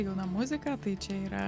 jauna muzika tai čia yra